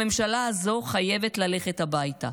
הממשלה הזו חייבת ללכת הביתה.